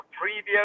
previous